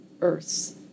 earths